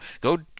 go